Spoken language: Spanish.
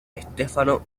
stefano